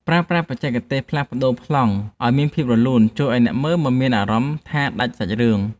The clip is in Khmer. ប្រើប្រាស់បច្ចេកទេសផ្លាស់ប្តូរប្លង់ឱ្យមានភាពរលូនជួយឱ្យអ្នកមើលមិនមានអារម្មណ៍ថាដាច់សាច់រឿង។